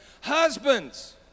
Husbands